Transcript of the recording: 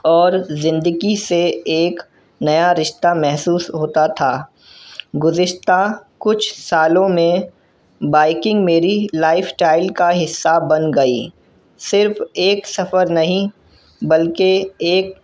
اور زندگی سے ایک نیا رشتہ محسوس ہوتا تھا گزشتہ کچھ سالوں میں بائکنگ میری لائف اسٹائل کا حصہ بن گئی صرف ایک سفر نہیں بلکہ ایک